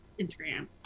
instagram